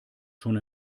schon